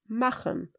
machen